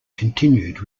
continued